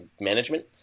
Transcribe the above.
management